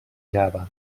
java